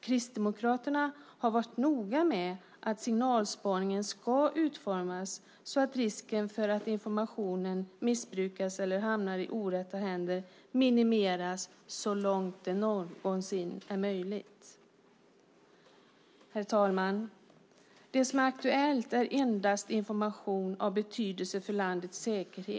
Kristdemokraterna har varit noga med att signalspaningen ska utformas så att risken för att informationen missbrukas eller hamnar i orätta händer minimeras så långt det någonsin är möjligt. Herr talman! Det som är aktuellt är endast information av betydelse för landets säkerhet.